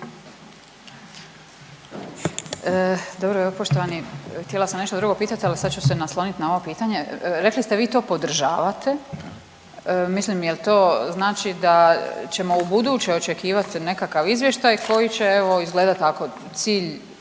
Dobro evo poštovani htjela sam nešto drugo pitati, ali sad ću se nasloniti na ovo pitanje. Rekli ste vi to podržavate. Mislim jel' to znači da ćemo u buduće očekivati nekakav izvještaj koji će evo izgledati tako cilj